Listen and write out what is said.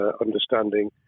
understanding